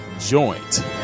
joint